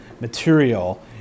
material